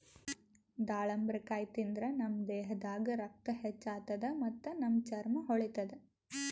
ದಾಳಿಂಬರಕಾಯಿ ತಿಂದ್ರ್ ನಮ್ ದೇಹದಾಗ್ ರಕ್ತ ಹೆಚ್ಚ್ ಆತದ್ ಮತ್ತ್ ನಮ್ ಚರ್ಮಾ ಹೊಳಿತದ್